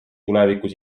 tulevikus